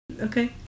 Okay